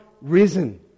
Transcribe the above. risen